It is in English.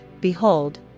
behold